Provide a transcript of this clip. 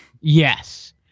Yes